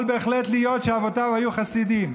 בהחלט יכול להיות שאבותיו היו חסידים,